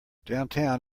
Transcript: downtown